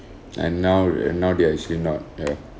and now and now they are actually not ya